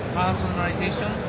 personalization